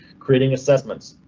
creating assessments.